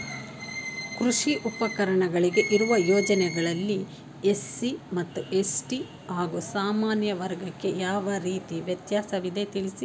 ಕೃಷಿ ಉಪಕರಣಗಳಿಗೆ ಇರುವ ಯೋಜನೆಗಳಲ್ಲಿ ಎಸ್.ಸಿ ಮತ್ತು ಎಸ್.ಟಿ ಹಾಗೂ ಸಾಮಾನ್ಯ ವರ್ಗಕ್ಕೆ ಯಾವ ರೀತಿ ವ್ಯತ್ಯಾಸವಿದೆ ತಿಳಿಸಿ?